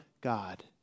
God